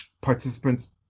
participants